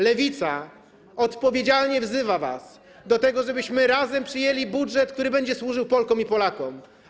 Lewica odpowiedzialnie wzywa was do tego, żebyśmy razem przyjęli budżet, który będzie służył Polkom i Polakom.